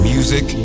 Music